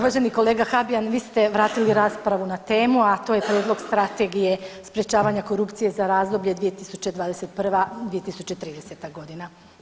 Uvaženi kolega Habijan vi ste vratili raspravu na temu, a to je Prijedlog Strategije sprječavanje korupcije za razdoblje 2021. – 2030. godina.